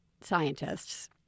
scientists